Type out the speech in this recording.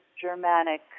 Germanic